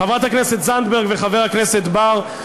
חברת הכנסת זנדברג וחבר הכנסת בר,